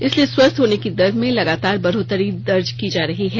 इसलिए स्वस्थ होने की दर में लगातार बढ़ोत्तरी दर्ज की जा रही है